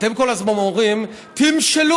אתם כל הזמן אומרים: תמשלו,